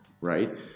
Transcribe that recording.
right